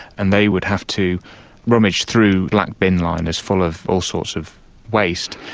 and they would have to rummage through like bin liners full of all sorts of waste.